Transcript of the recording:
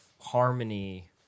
harmony